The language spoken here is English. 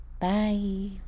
Bye